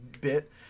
bit